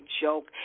joke